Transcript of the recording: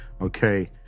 okay